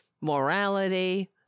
morality